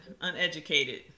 uneducated